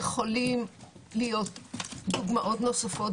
יכולות להיות דוגמות נוספות,